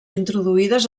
introduïdes